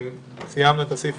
הסעיף